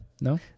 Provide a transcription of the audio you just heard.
No